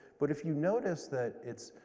but if you notice that it's,